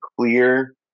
clear